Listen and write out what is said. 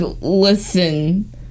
listen